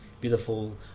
beautiful